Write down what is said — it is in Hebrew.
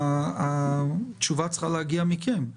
התשובה צריכה להגיע מכם.